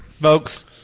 folks